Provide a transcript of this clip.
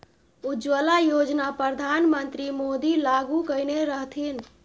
उज्जवला योजना परधान मन्त्री मोदी लागू कएने रहथिन